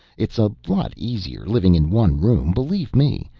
it's a lot easier living in one room, believe me.